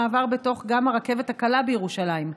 מעבר גם בתוך הרכבת הקלה בירושלים,